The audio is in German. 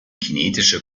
kinetische